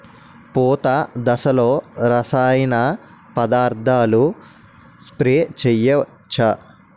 పూత దశలో రసాయన పదార్థాలు స్ప్రే చేయచ్చ?